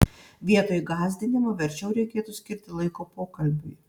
vietoj gąsdinimo verčiau reikėtų skirti laiko pokalbiui